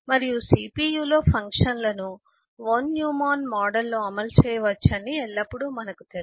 మరియు CPU లో ఫంక్షన్లను వొన్యుమాన్ మోడల్ లో అమలు చేయవచ్చని ఎల్లప్పుడూ మనకు తెలుసు